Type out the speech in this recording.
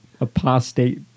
apostate